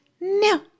No